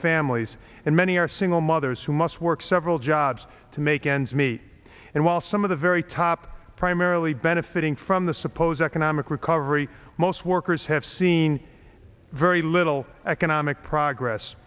families and many are single mothers who must work several jobs to make ends meet and while some of the very top primarily benefiting from the supposed economic recovery most workers have seen very little economic progress